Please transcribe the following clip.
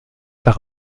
par